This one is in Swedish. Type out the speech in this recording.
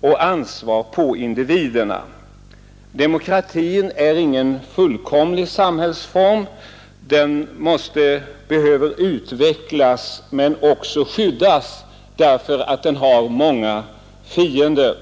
och lägger det största ansvaret på individerna. Demokratin är ingen fullkomlig samhällsform; den behöver utvecklas men också skyddas eftersom den har många fiender.